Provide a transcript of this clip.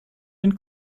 den